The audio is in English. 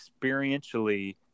experientially